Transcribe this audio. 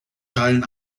teilen